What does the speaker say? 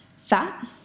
fat